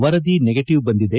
ವರದಿ ನೆಗೆಟವ್ ಬಂದಿದೆ